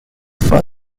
for